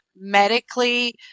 medically